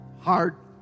heart